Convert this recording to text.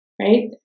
right